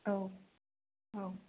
औ औ